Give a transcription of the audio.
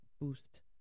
boost